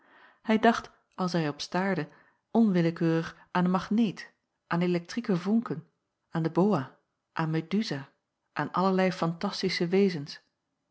hij dacht als hij er op staarde onwillekeurig aan een magneet aan elektrieke vonken aan den boa aan meduza aan allerlei fantastische wezens